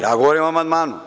Ja govorim o amandmanu.